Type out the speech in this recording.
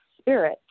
spirit